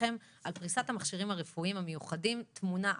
לפניכם על פריסת המכשירים הרפואיים המיוחדים בתמונה ארצית.